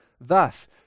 Thus